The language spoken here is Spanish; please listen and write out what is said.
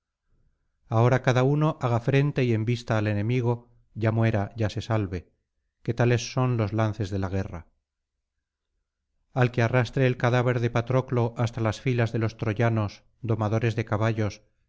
ahora cada uno haga frente y embista al enemigo ya muera ya se salve que tales son los lances de la guerra al que arrastre el cadáver de patroclo hasta las filas de los troyanos domadores de caballos